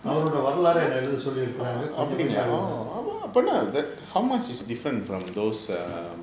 அவரோட வரலாற என்ன எழுத சொல்லி இருக்குறாங்க கொஞ்சம் கொஞ்சம் எழுதுறேன்:avaroda varalaara enna elutha solli irukkuraanga konjam konjam eluthuraen